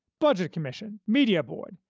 budget commission, media board,